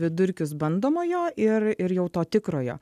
vidurkius bandomojo ir ir jau to tikrojo